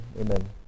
Amen